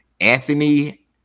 Anthony